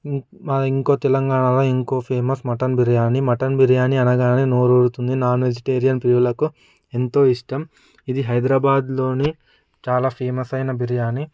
మాది ఇంకో తెలంగాణలో ఇంకో famous mutton biryani mutton biryani అనగానే నోరూరుతుంది నాన్ వెజిటేరియన్ ప్రియులకు ఎంతో ఇష్టం ఇది హైదరాబాదులోని చాలా ఫేమస్ అయిన బిర్యాని